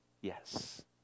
Yes